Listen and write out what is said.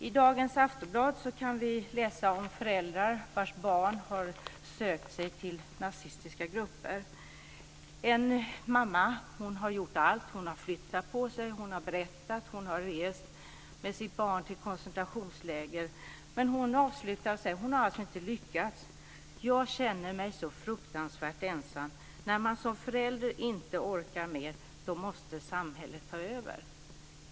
I Aftonbladet i dag kan vi läsa om föräldrar vars barn har sökt sig till nazistiska grupper. En mamma berättar att hon har gjort allt, hon har flyttat på sig, hon har berättat, hon har rest med sitt barn till koncentrationsläger, men hon har inte lyckats. Hon avslutar med: "Jag känner mig så fruktansvärt ensam. När man som förälder inte orkar med, då måste samhället ta över -."